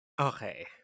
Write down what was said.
Okay